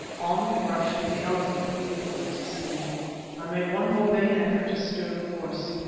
on rushed the elephant, awful to see i made one more vain effort to stir the horse.